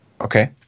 Okay